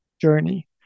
journey